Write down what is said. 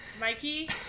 Mikey